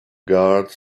guards